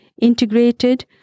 integrated